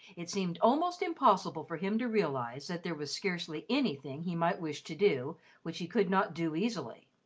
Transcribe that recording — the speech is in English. it seemed almost impossible for him to realise that there was scarcely anything he might wish to do which he could not do easily